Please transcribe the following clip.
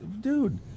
dude